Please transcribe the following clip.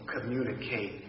communicate